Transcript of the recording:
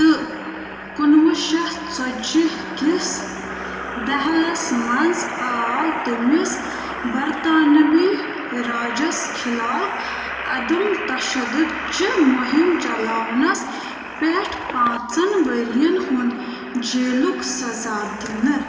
تہٕ کُنوُہ شتھ ژتجی کِس دٔہلس منٛز آو تٔمِس برطانوی راجس خِلاو عدم تَشدُد چہِ مُہِم چلاونَس پٮ۪ٹھ پانٛژن ؤرۍ یَن ہُنٛد جیلُک سزا دِنہٕ